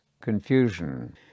confusion